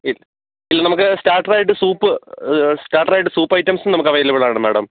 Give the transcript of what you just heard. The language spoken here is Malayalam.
ഇന്ന് നമുക്ക് സ്റ്റാട്ടർ ആയിട്ട് സൂപ്പ് സ്റ്റാട്ടർ ആയിട്ട് സൂപ്പ് ഐറ്റംസും നമുക്ക് അവൈലബിൾ ആണ് മേടം